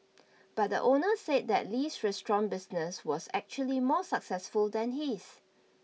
but the owner said that Li's restaurant business was actually more successful than his